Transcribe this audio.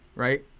right,